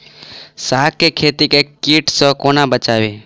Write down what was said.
साग केँ खेत केँ कीट सऽ कोना बचाबी?